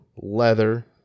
leather